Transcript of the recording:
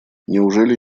неужели